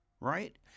right